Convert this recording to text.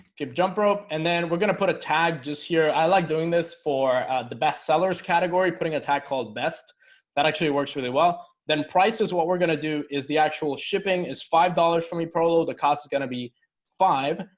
hip jump rope and then we're gonna put a tag just here i like doing this for the bestsellers category putting a tag called best that actually works really well then price is what we're gonna do is the actual shipping is five dollars from your pro load the cost is going to be five.